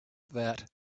that